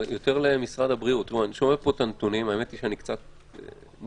למשרד הבריאות אני שומע את הנתונים, וקצת מופתע.